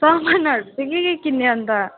सामानहरू चाहिँ के के किन्ने अन्त